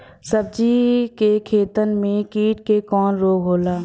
सब्जी के खेतन में कीट से कवन रोग होला?